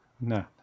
No